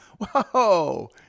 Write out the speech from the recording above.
Whoa